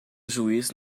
juiz